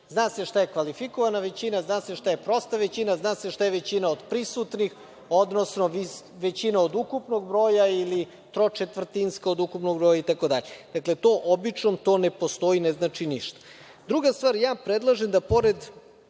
Zna se šta je kvalifikovana većina, zna se šta je prosta većina, zna se šta je većina od prisutnih, odnosno većina od ukupnog broja ili tročetrvrtinska od ukupnog broja itd. Dakle, to „običnom“, to ne postoji i ne znači ništa. Druga stvar, ja predlažem da, pored